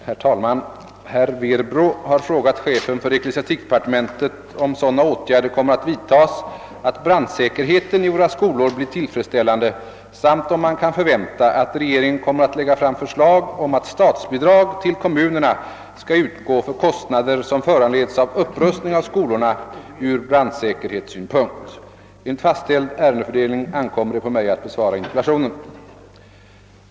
Herr talman! Herr Werbro har frågat chefen för ecklesiastikdepartementet, om sådana åtgärder kommer att vidtas att brandsäkerheten i våra skolor blir tillfredsställande samt om man kan förvänta att regeringen kommer att lägga fram förslag om att statsbidrag till kommunerna skall utgå för kostnader som föranleds av upprustning av skolorna ur brandsäkerhetssynpunkt. Enligt fastställd ärendefördelning ankommer det på mig att besvara interpellationen.